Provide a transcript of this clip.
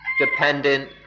dependent